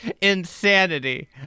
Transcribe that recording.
insanity